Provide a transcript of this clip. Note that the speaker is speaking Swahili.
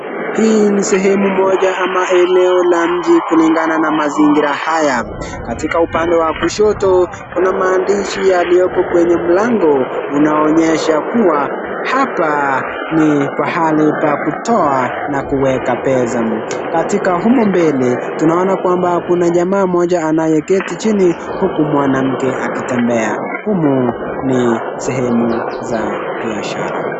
Hii ni sehemu moja ama eneo la mji kulingana na mazingira haya. Katika upande wa kushoto kuna maandishi yaliyoko kwenye mlango unaonyesha kuwa hapa ni mahali pa kutoa na kuweka pesa. Katika humo mbele tunaona kwamba kuna jamaa mmoja anayeketi chini huku mwanamke akitembea, humu ni sehemu ya biashara. .